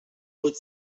vuit